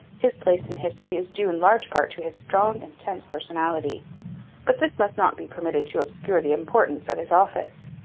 his place in history is due in large part to his strong, intense personality but this must not be permitted to obscure the importance of his office.